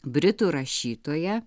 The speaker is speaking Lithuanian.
britų rašytoja